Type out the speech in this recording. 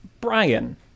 Brian